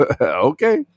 Okay